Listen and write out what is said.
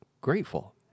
grateful